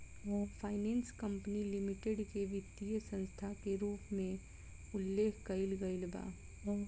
finance company limited के वित्तीय संस्था के रूप में उल्लेख कईल गईल बा